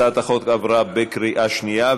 הצעת החוק עברה בקריאה שנייה.